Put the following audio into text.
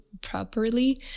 properly